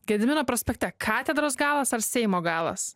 gedimino prospekte katedros galas ar seimo galas